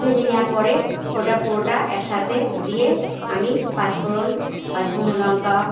ভেজে নেওয়ার পরে ওটা পুরোটা একসাথে দিয়ে আমি পাঁচফোঁড়ন বা শুকনো লঙ্কা